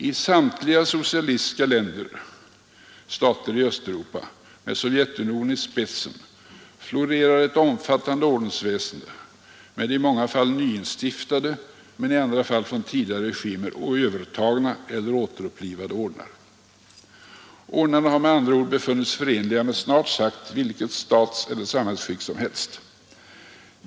I samtliga socialistiska stater i Östeuropa med Sovjetunionen i spetsen florerar ett omfattande ordensväsende med i många fall nyinstiftade men i andra fall från tidigare regimer övertagna eller återupplivade ordnar. Ordnarna har med andra ord befunnits förenliga med snart sagt vilket statseller samhällsskick som helst.